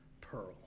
pearl